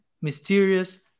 mysterious